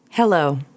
Hello